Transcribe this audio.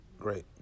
Great